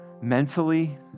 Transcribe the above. mentally